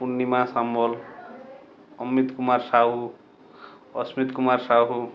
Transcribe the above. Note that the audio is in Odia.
ପୁର୍ଣିମା ସାମଲ ଅମିତ କୁମାର ସାହୁ ଅସ୍ମିତ କୁମାର ସାହୁ